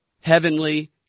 heavenly